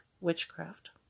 witchcraft